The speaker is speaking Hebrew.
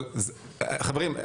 חברים,